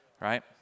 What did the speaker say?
right